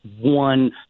one